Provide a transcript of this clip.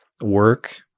work